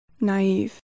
naive